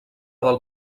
del